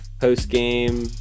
post-game